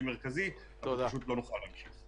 מרכזי אנחנו פשוט לא נוכל להמשיך.